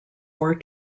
were